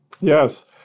Yes